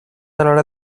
hora